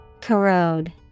Corrode